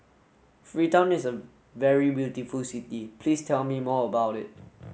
Freetown is a very beautiful city Please tell me more about it